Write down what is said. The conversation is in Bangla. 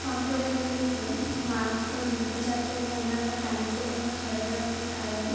সম্প্রদায়গুলিতে মাংস দুগ্ধজাত এবং অন্যান্য প্রাণীজ পণ্য সরবরাহের কারণে